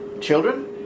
Children